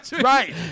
Right